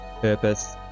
purpose